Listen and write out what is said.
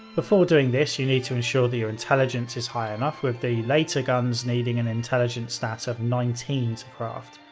before doing this, you need to ensure that your intelligence is high enough, with the later guns needing an intelligence stat of nineteen to craft.